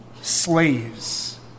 slaves